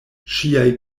ŝiaj